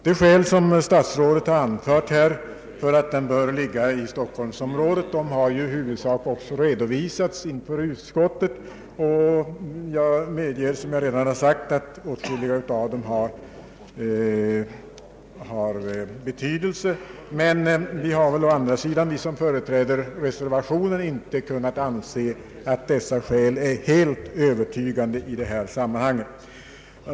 De skäl som statsrådet anfört för att skolan bör ligga i Stockholmsområdet har i huvudsak också redovisats inför utskottet. Jag medger, som jag redan sagt, att åtskilliga av dem har betydelse. Men vi som företräder reservationen har å andra sidan inte kunnat anse att dessa skäl är helt övertygande i dessa sammanhang.